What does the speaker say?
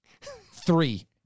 Three